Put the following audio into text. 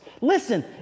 Listen